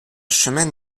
chemin